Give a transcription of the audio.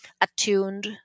attuned